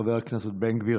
חבר הכנסת בן גביר,